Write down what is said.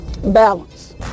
Balance